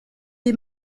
est